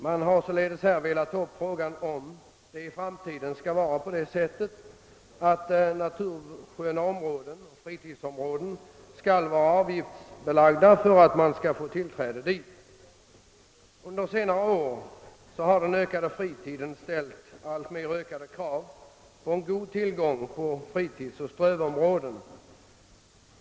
Man har velat ta upp frågan huruvida i framtiden tillträdet till natursköna platser och fritidsområden skall vara avgiftsbelagt. Under senare år har den ökade fritiden ställt allt större krav på en god tillgång på fritidsoch strövområden.